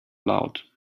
aloud